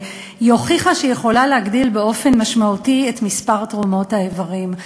והיא הוכיחה שהיא יכולה להגדיל באופן משמעותי את מספר תרומות האיברים.